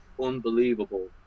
unbelievable